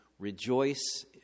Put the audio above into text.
Rejoice